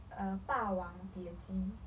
uh 霸王别姬